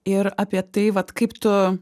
ir apie tai vat kaip tu